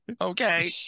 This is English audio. okay